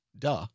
duh